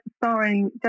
starring